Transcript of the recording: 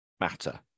matter